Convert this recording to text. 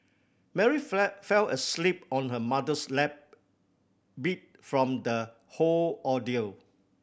Mary fled fell asleep on her mother's lap beat from the whole ordeal